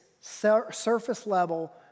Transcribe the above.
surface-level